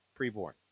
preborn